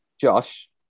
Josh